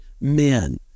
men